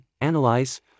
analyze